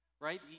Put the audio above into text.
right